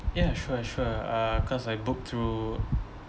yeah sure sure uh cause I booked through